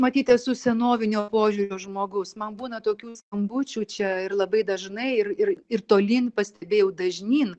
matyt esu senovinio požiūrio žmogus man būna tokių skambučių čia ir labai dažnai ir ir ir tolyn pastebėjau dažnyn